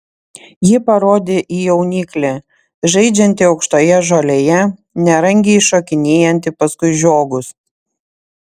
ji parodė į jauniklį žaidžiantį aukštoje žolėje nerangiai šokinėjantį paskui žiogus